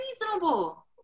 reasonable